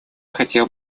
хотел